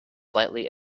slightly